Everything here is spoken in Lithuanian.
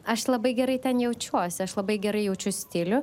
aš labai gerai ten jaučiuosi aš labai gerai jaučiu stilių